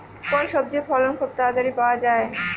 কোন সবজির ফলন খুব তাড়াতাড়ি পাওয়া যায়?